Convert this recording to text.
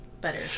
better